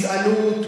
גזענות,